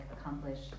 accomplished